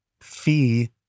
fee